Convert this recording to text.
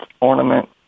ornament